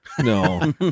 No